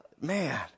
man